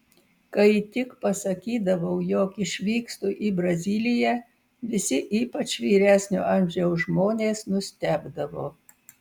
kai tik pasakydavau jog išvykstu į braziliją visi ypač vyresnio amžiaus žmonės nustebdavo